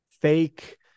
fake